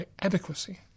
adequacy